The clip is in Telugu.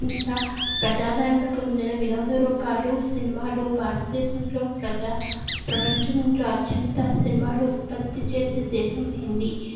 అత్యంత ప్రజాదరణ పొందిన వినోద రూపాలు సినిమాలు భారత దేశంలో ప్రజా ప్రపంచంలో అత్యంత సినిమాలు ఉత్పత్తి చేసే దేశం హిందీ